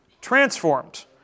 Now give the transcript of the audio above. transformed